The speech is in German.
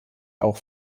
auch